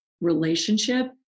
relationship